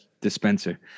dispenser